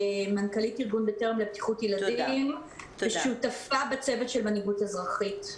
מנכ"לית ארגון "בטרם" לבטיחות ילדים ושותפה בצוות של מנהיגות אזרחית.